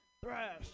thrash